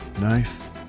knife